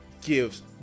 gives